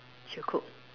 she'll cook